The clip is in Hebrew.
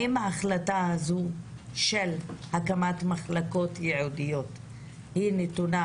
השאלה שלי האם ההחלטה הזו של הקמת מחלקות ייעודיות נתונה